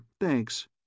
Thanks